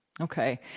Okay